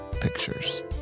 pictures